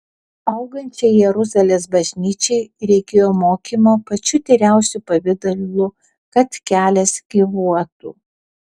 augančiai jeruzalės bažnyčiai reikėjo mokymo pačiu tyriausiu pavidalu kad kelias gyvuotų